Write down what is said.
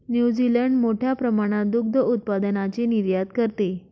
New Zealand मोठ्या प्रमाणात दुग्ध उत्पादनाची निर्यात करते